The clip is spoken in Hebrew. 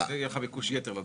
יהיה לך ביקוש יתר לשעות האלה.